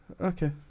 Okay